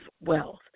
wealth